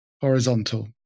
Horizontal